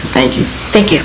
thank you thank you